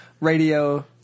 Radio